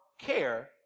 care